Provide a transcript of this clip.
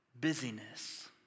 busyness